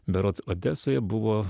berods odesoje buvo